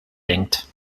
denkt